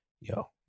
yo